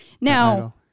now